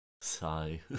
sigh